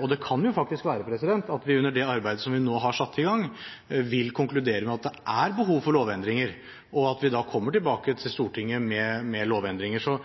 Og det kan jo faktisk være at vi under det arbeidet som vi nå har satt i gang, vil konkludere med at det er behov for lovendringer, og at vi da kommer tilbake til Stortinget med lovendringer. Det er på ingen måte slik at kroken er satt på døren for eventuelle lovendringer, men nå har vi altså en utredning på gang som bl.a. skal identifisere det behovet. Så